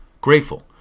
grateful